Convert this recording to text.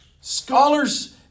Scholars